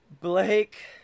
Blake